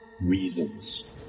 Reasons